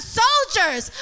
soldiers